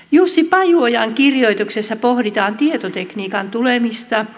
jussi pajuojan kirjoituksessa pohditaan tietotekniikan tulemista